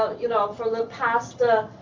ah you know, for the past,